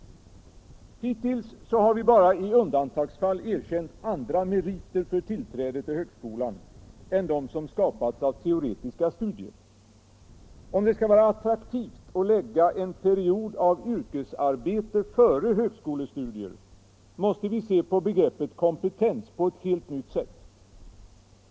Hittills har vi bara i undantagsfall erkänt andra meriter för tillträde till högskolan än de som skapats av teoretiska studier. Om det skall vara attraktivt att lägga en period av yrkesarbete före högskolestudier måste vi se på begreppet kompetens på ett helt nytt sätt.